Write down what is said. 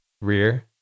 rear